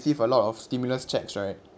receive a lot of stimulus checks right